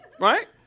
Right